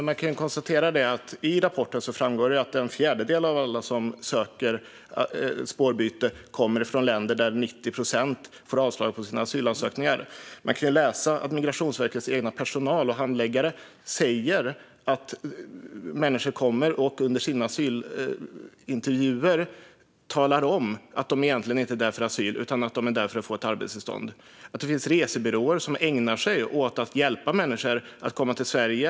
Herr talman! I rapporten framgår det att en fjärdedel av alla som söker spårbyte kommer från länder där 90 procent får avslag på sina asylansökningar. Man kan läsa att Migrationsverkets handläggare säger att människor under sina asylintervjuer berättar att de egentligen inte söker asyl utan söker arbetstillstånd. Det finns resebyråer som ägnar sig åt att hjälpa människor att komma till Sverige.